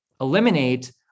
eliminate